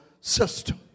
system